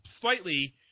slightly